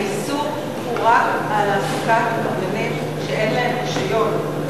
האיסור הוא רק על העסקת קבלנים שאין להם רשיון,